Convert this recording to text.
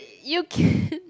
you